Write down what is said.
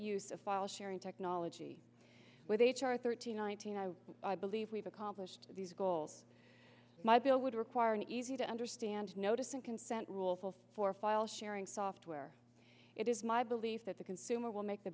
of file sharing technology with h r thirteen nineteen i believe we've accomplished these goals my bill would require an easy to understand notice and consent rule for file sharing software it is my belief that the consumer will make the